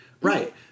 Right